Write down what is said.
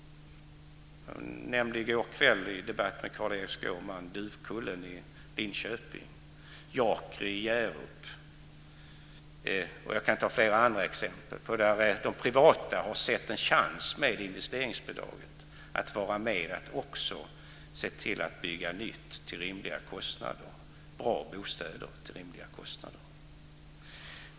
I går kväll i en debatt med Carl-Erik Skårman nämnde jag Duvkullen i Linköping och Jakri i Hjärup, och jag kan ta flera andra exempel på hur de privata företagen har sett en chans med investeringsbidraget att vara med och bygga bra bostäder till rimliga kostnader.